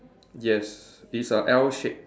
yes it's a L shape